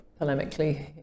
polemically